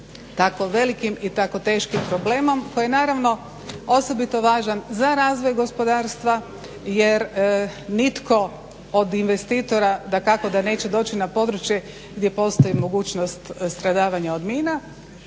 tako velikim i tako teškim problemom koji je naravno osobito važan za razvoj gospodarstva jer nitko od investitora dakako da neće doći na područje gdje postoji mogućnost stradavanja od mina,